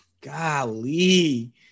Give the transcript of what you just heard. golly